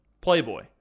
Playboy